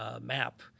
map